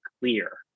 clear